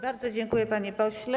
Bardzo dziękuję, panie pośle.